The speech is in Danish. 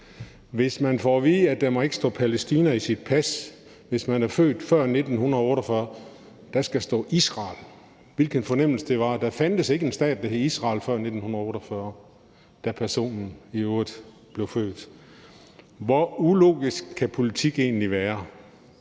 det. Man får at vide, at der ikke må stå Palæstina i ens pas, hvis man er født før 1948, for der skal stå Israel – og hvilken fornemmelse var det? Der fandtes ikke en stat, der hed Israel, før 1948, da personen i øvrigt blev født. Hvor ulogisk kan politik egentlig være?